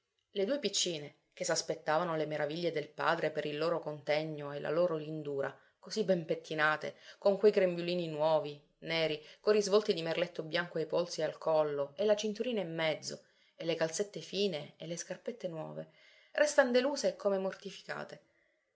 le due piccine che s'aspettavano le meraviglie del padre per il loro contegno e la loro lindura così ben pettinate con quei grembiulini nuovi neri coi risvolti di merletto bianco ai polsi e al collo e la cinturina in mezzo e le calzette fine e le scarpette nuove restan deluse e come mortificate